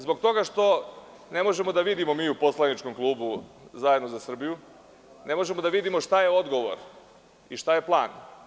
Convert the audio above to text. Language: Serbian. Zbog toga što ne možemo da vidimo mi u poslaničkom klubu Zajedno za Srbiju, ne možemo da vidimo šta je odgovor i šta je plan.